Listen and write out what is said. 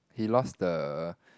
he lost the